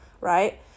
Right